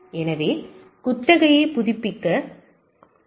எனவே குத்தகை புதுப்பிக்கக் கோரலாம்